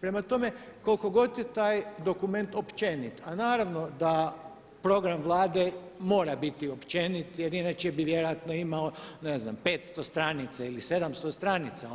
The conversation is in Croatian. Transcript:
Prema tome koliko god je taj dokument općenit, a naravno da program Vlade mora biti općenit jer inače bi vjerojatno imao ne znam 500 stranica ili 700 stranica,